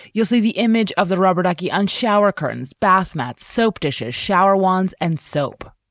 you'll see the image of the rubber ducky on shower curtains. bathmat soap dishes. shower wan's and soap.